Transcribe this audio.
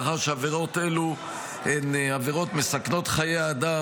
מאחר שהעבירות אלו הן עבירות מסכנות חיי אדם,